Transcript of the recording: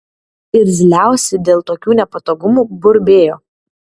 irzliausi dėl tokių nepatogumų burbėjo